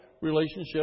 relationship